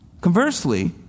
Conversely